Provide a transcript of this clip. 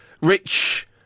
rich